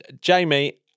Jamie